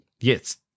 Yes